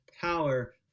power